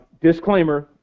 Disclaimer